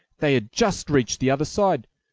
they had just reached the other side.